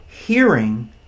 hearing